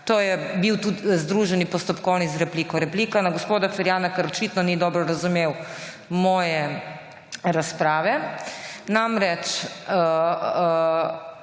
To je bil združeni postopkovni z repliko. Replika na gospoda Ferjana, ker očitno ni dobro razumel moje razprave. Namreč,